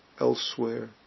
elsewhere